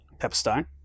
Pepperstone